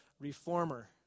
reformer